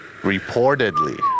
Reportedly